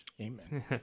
Amen